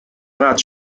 قطع